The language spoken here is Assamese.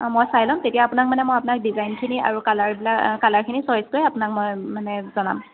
অ' মই চাই ল'ম তেতিয়া আপোনাক মানে মই আপোনাক ডিজাইনখিনি আৰু কালাৰবিলাক কালাৰখিনি চইচ কৰি আপোনাক মই মানে জনাম